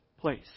place